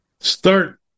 Start